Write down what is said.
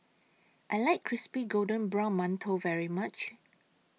I like Crispy Golden Brown mantou very much